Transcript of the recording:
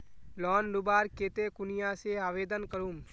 Loan लुबार केते कुनियाँ से आवेदन करूम?